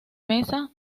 mesa